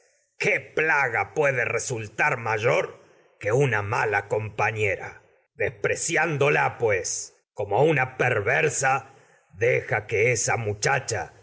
pues qué plaga puede una resultar mayor que mala compañera desprecián dola pues como cha se a una perversa en deja que esa mucha